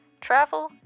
Travel